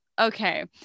Okay